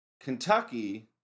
Kentucky